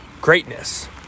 greatness